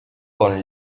con